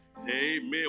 Amen